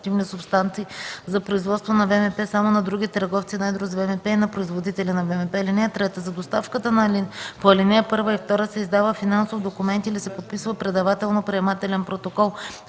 активни субстанции за производство на ВМП само на други търговци на едро с ВМП и на производители на ВМП. (3) За доставката по ал. 1 и 2 се издава финансов документ или се подписва предавателно-приемателен протокол,